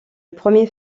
premier